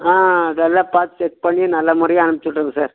ஆ நல்லா பார்த்து செக் பண்ணி நல்ல முறையாக அனுப்ச்சு விட்டுறங்க சார்